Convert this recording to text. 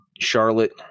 Charlotte